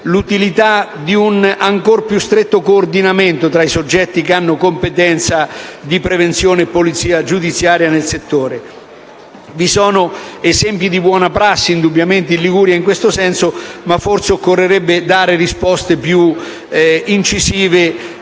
l'utilità di un ancor più stretto coordinamento tra i soggetti che hanno competenza di prevenzione e polizia giudiziaria nel settore. Vi sono esempi di buona prassi in Liguria in questo senso, ma forse occorrerebbe dare risposte più incisive